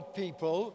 people